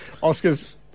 Oscar's